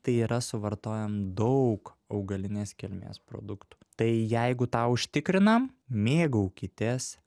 tai yra suvartojam daug augalinės kilmės produktų tai jeigu tą užtikrinam mėgaukitės